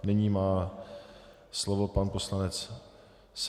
Nyní má slovo pan poslanec Seďa.